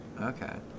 Okay